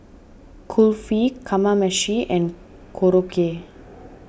Kulfi Kamameshi and Korokke